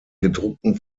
gedruckten